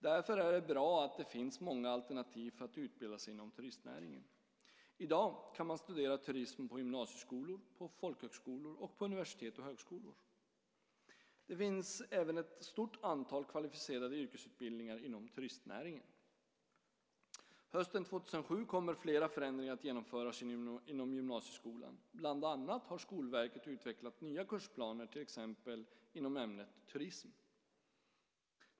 Därför är det bra att det finns många alternativ för att utbilda sig inom turistnäringen. I dag kan man studera turism på gymnasieskolor, på folkhögskolor och på universitet och högskolor. Det finns även ett stort antal kvalificerade yrkesutbildningar inom turistnäringen. Hösten 2007 kommer flera förändringar att genomföras inom gymnasieskolan, bland annat har Skolverket utvecklat nya kursplaner, till exempel inom ämnet turism.